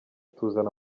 tuzana